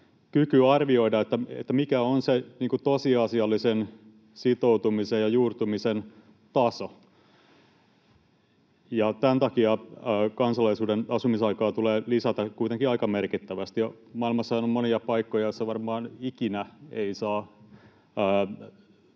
kyky arvioida, mikä on se tosiasiallisen sitoutumisen ja juurtumisen taso. Tämän takia kansalaisuuden asumisaikaa tulee lisätä kuitenkin aika merkittävästi. Maailmassahan on monia paikkoja, joissa varmaan ikinä ei saa